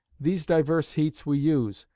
these divers heats we use,